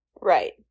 right